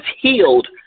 healed